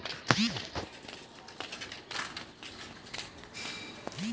हैदराबादक भारतेर प्रमुख मोती व्यापार केंद्र मानाल जा छेक